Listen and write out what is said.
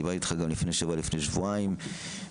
דיברתי איתך גם לפני שבוע ולפני שבועיים במסגרת